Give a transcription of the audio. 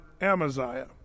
Amaziah